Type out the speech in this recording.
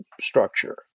structure